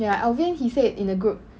ya alvin he said in the group